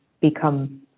become